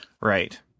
Right